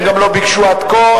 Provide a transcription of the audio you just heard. הם גם לא ביקשו עד כה.